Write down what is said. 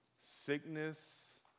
sickness